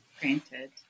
granted